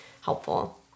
helpful